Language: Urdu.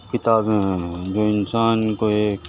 کتابیں ہیں جو انسان کو ایک